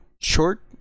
short